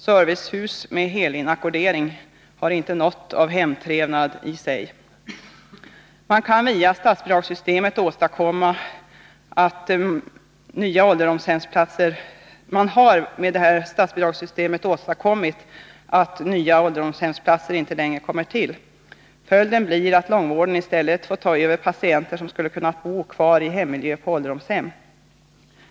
Servicehus med helinackordering har inte något av hemtrevnad i sig. Man har via statsbidragssystemet åstadkommit att nya ålderdomshemsplatser inte längre kommer till. Följden blir att långvården i stället får ta över patienter som skulle ha kunnat bo kvar i hemmiljö på ålderdomshem.